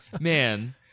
Man